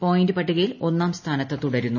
point പട്ടികയിൽ ഒന്നാം സ്ഥാനത്ത് തുടരുന്നു